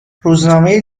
روزنامه